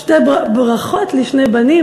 שתי ברכות לשני בנים,